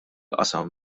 qasam